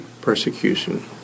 persecution